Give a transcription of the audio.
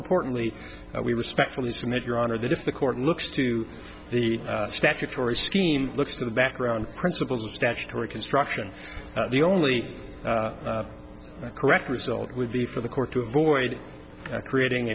importantly we respectfully submit your honor that if the court looks to the statutory scheme looks to the background principles of statutory construction the only correct result would be for the court to avoid creating